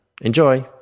Enjoy